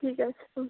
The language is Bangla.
ঠিক আছে হুঁ